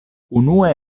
unue